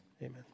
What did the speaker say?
Amen